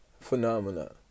phenomena